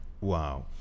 Wow